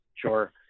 Sure